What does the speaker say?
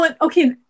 okay